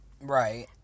Right